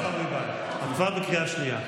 חברת הכנסת ברביבאי, את כבר בקריאה שנייה.